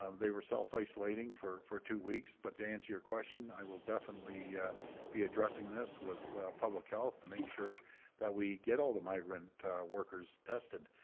um they were self isolating for for two weeks. but to answer your question, i will definitely be addressing this with public health to make sure that we get all the migrant workers tested.